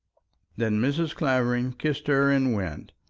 then mrs. clavering kissed her and went,